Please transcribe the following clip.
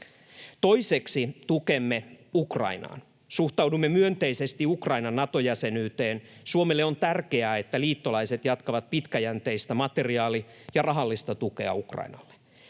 Toiseksi, tukemme Ukrainaan: Suhtaudumme myönteisesti Ukrainan Nato-jäsenyyteen. Suomelle on tärkeää, että liittolaiset jatkavat pitkäjänteistä materiaali‑ ja rahallista tukea Ukrainalle.